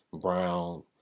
Brown